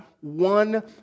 one